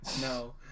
No